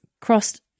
crossed